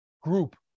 group